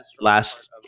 last